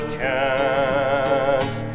chance